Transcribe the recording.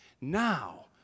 now